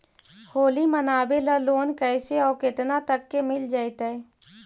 होली मनाबे ल लोन कैसे औ केतना तक के मिल जैतै?